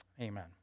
Amen